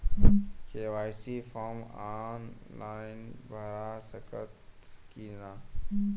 KYC form online भरा सकला की ना?